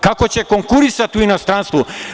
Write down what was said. Kako će konkurisati u inostranstvu?